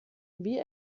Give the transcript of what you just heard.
wie